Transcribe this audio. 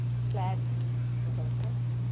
క్ల్యా ష్ లో డిస్కౌంట్ ఉంటుందా సార్